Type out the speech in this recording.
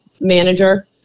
manager